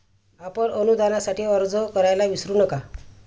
आपण अनुदानासाठी अर्ज करायला विसरू नका